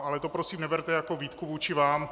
Ale to prosím neberte jako výtku vůči vám.